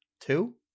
Two